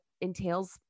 entails